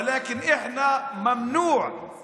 אכן מסוכנת, אבל אנחנו בפני הזדמנות